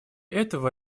этого